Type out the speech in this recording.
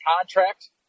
contract